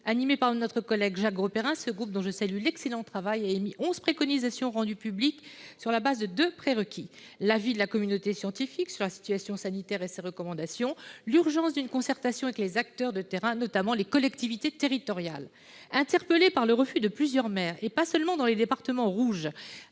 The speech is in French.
Animé par notre collègue Jacques Grosperrin, ce groupe, dont je salue l'excellent travail, a émis onze préconisations, lesquelles ont été rendues publiques, sur le fondement de deux prérequis : l'avis de la communauté scientifique sur la situation sanitaire et ses recommandations, l'urgence d'une concertation avec les acteurs de terrain, notamment les collectivités territoriales. Interpellé par le refus de plusieurs maires, et pas uniquement dans les départements rouges,